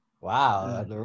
Wow